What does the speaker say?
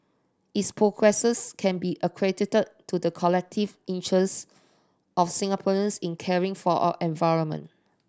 its progresses can be a credited to the collective interest of Singaporeans in caring for our environment